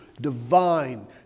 divine